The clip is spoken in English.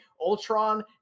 Ultron